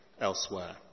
elsewhere